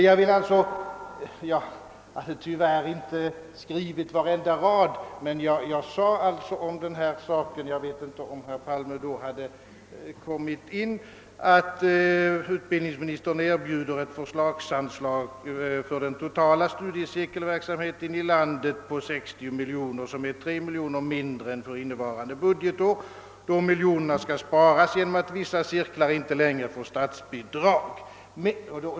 Jag har tyvärr inte skrivit varenda rad av det jag tidigare sagt, men jag sade om denna fråga — jag vet inte om herr Palme då kommit in i kammaren — att utbildningsministern erbjuder ett förslagsanslag för den totala studiecirkelverksamheten i landet på 60 miljoner kronor, d.v.s. 3 miljoner kronor mindre än för innevarande budgetår. De miljonerna skall sparas genom att vissa cirklar inte längre får statsbidrag.